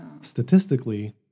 Statistically